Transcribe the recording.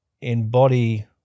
embody